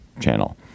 channel